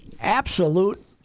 absolute